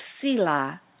sila